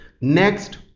next